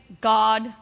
God